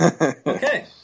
Okay